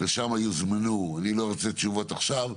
לשם יוזמנו, אני לא רוצה תשובות עכשיו,